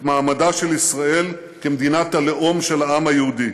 מעמדה של ישראל כמדינת הלאום של העם היהודי.